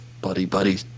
buddy-buddy